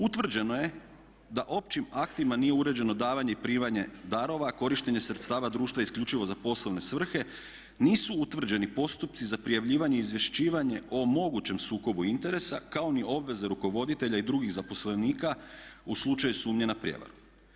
Utvrđeno je da općim aktima nije uređeno davanje i primanje darova, korištenje sredstava društva isključivo za poslovne svrhe, nisu utvrđeni postupci za prijavljivanje i izvješćivanje o mogućem sukobu interesa kao ni obveze rukovoditelja i drugih zaposlenika u slučaju sumnje na prijevaru.